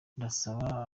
ndasaba